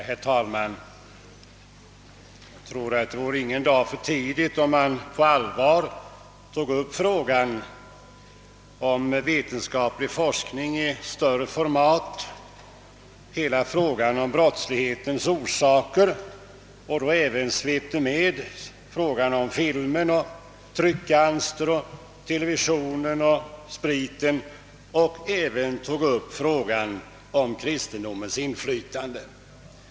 Herr talman! Jag tror att det inte vore en dag för tidigt om vi på allvar tog upp frågan om vetenskaplig forskning av större format: hela frågan om brottslighetens orsaker, frågan om inflytandet från film, tryckalster, TV och sprit samt även frågan om kristendomens inflytande.